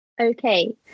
Okay